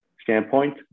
standpoint